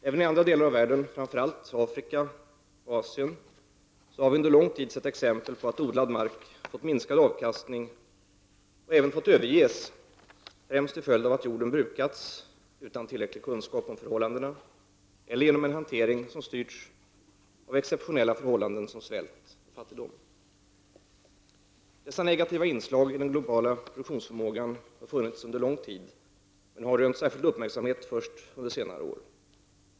Även i andra delar av världen — framför allt Afrika och Asien — har vi under lång tid sett exempel på att odlad mark fått minskad avkastning och även fått överges främst till följd av att jorden brukats utan tillräcklig kunskap om förhållandena eller genom en hantering, som styrts av exceptionella förhållanden som svält och fattigdom. Dessa negativa inslag i den globala produktionsförmågan har funnits under lång tid men har rönt särskild uppmärksamhet först under senare år.